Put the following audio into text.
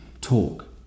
Talk